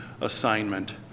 assignment